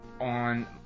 On